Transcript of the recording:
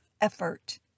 effort